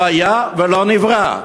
לא היה ולא נברא,